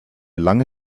lange